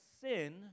sin